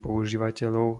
používateľov